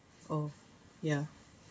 oh yeah